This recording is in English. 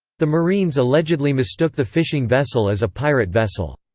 the marines allegedly mistook the fishing vessel as a pirate vessel.